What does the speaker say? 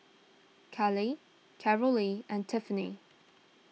Khalil Carolee and Tiffany